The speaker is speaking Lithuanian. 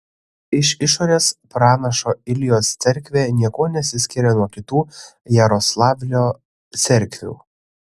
iš išorės pranašo iljos cerkvė niekuo nesiskiria nuo kitų jaroslavlio cerkvių